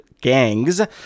gangs